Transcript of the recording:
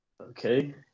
Okay